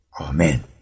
Amen